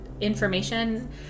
information